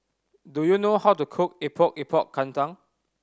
do you know how to cook Epok Epok Kentang